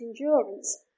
endurance